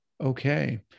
Okay